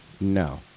No